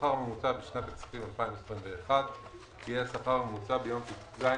השכר הממוצע בשנת הכספים 2021 יהיה השכר הממוצע ביום ט"ז